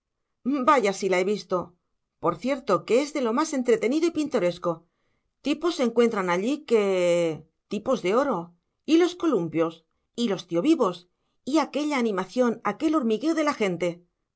vaya si la he visto por cierto que es de lo más entretenido y pintoresco tipos se encuentran allí que tipos de oro y los columpios y los tiovivos y aquella animación aquel hormigueo de la gente